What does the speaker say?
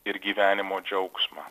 ir gyvenimo džiaugsmą